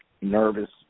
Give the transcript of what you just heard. nervous